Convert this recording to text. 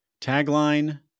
tagline